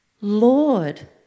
Lord